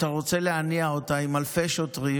שאתה רוצה להניע אותה עם אלפי שוטרים,